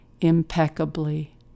impeccably